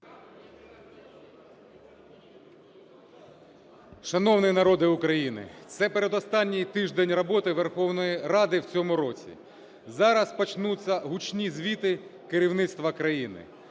Шановний народе України, це передостанній тиждень роботи Верховної Ради в цьому році. Зараз почнуться гучні звіти керівництва країни.